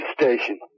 station